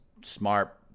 smart